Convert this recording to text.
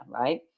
right